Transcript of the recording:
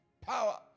Power